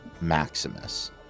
Maximus